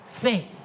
Faith